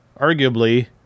arguably